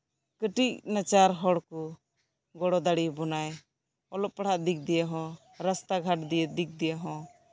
ᱠᱟᱹᱴᱤᱡ ᱱᱟᱪᱟᱨ ᱦᱚᱲ ᱠᱚ ᱜᱚᱲᱚ ᱟᱵᱚᱱᱟᱭ ᱚᱞᱚᱜ ᱯᱟᱲᱦᱟᱜ ᱫᱤᱠ ᱫᱤᱭᱮᱦᱚᱸ ᱨᱟᱥᱛᱟᱜᱷᱟᱴ ᱫᱤᱠ ᱫᱤᱭᱮᱦᱚᱸ